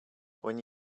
when